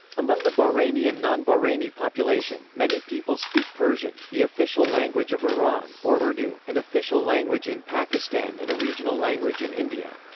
among the bahraini and non-bahraini population, many people speak persian, the official language of iran, or urdu, an and official language in pakistan and a regional language in india.